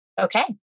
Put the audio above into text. Okay